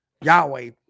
Yahweh